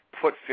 put